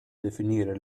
definire